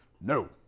No